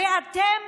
הרי אתם